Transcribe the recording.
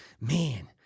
man